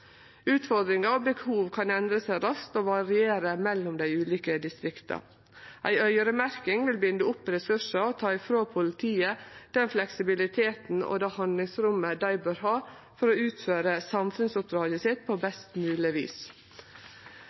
Utfordringar og behov kan endre seg raskt og variere mellom dei ulike distrikta. Ei øyremerking vil binde opp ressursar og ta frå politiet den fleksibiliteten og det handlingsrommet dei bør ha for å utføre samfunnsoppdraget sitt på best mogleg vis.